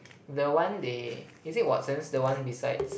the one they is it Watsons the one besides